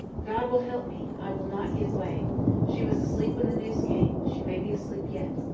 god will help me i will not give way she was asleep when the news came she may be asleep yet.